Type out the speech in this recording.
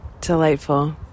Delightful